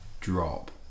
drop